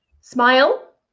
Smile